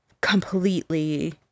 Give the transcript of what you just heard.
completely